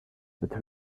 but